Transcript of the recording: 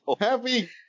Happy